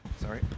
Sorry